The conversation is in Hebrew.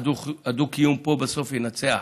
הדו-קיום פה בסוף ינצח.